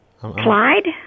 Clyde